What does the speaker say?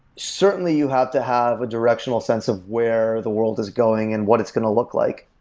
certainly, you have to have a directional sense of where the world is going and what it's going to look like.